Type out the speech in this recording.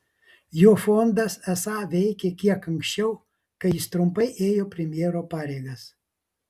jo fondas esą veikė kiek anksčiau kai jis trumpai ėjo premjero pareigas